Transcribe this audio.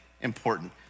important